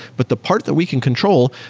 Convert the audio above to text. but the parts that we can control,